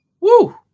Woo